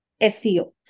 SEO